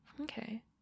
okay